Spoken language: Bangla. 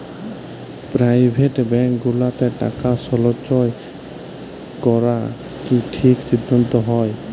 পেরাইভেট ব্যাংক গুলাতে টাকা সল্চয় ক্যরা কি ঠিক সিদ্ধাল্ত হ্যয়